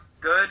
good